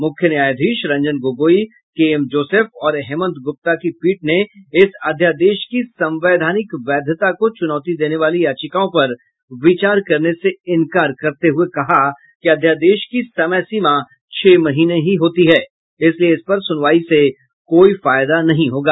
मुख्य न्यायाधीश Ranjan Gogoi K M Joseph और हेमंत गुप्ता की पीठ ने इस अध्यादेश की संवैधानिक वैधता को चुनौती देने वाली याचिकाओं पर विचार करने से इंकार करते हुये कहा कि अध्यादेश की समयसीमा छह महीने हीं होती है इसलिए इस पर सुनवाई से कोई फायदा नहीं होगा